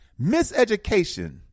miseducation